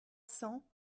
cents